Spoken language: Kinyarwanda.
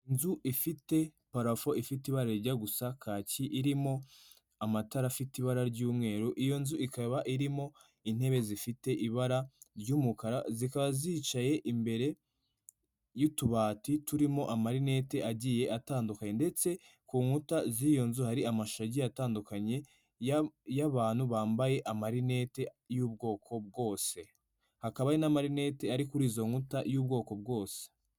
Inzu ifite parafo ifite ibara rijya gusa kaki irimo amatara afite ibara ry'umweru, iyo nzu ikaba irimo intebe zifite ibara ry'umukara zikaba zicaye imbere y'utubati turimo amarinete agiye atandukanye ndetse ku nkuta z'iyo nzu hari amashusho agiye atandukanye y'abantu bambaye amarinete y'ubwoko bwose hakaba n'amarinete ari kuri izo nkuta y'ubwoko bwose.